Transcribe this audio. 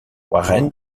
warren